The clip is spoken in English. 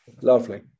lovely